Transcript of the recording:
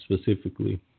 specifically